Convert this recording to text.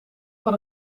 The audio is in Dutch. van